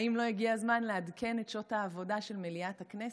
האם לא הגיע הזמן לעדכן את שעות העבודה של מליאת הכנסת?